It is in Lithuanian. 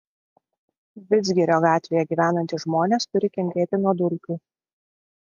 vidzgirio gatvėje gyvenantys žmonės turi kentėti nuo dulkių